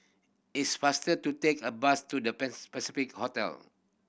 it's faster to take a bus to The Pans Pacific Hotel